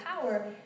power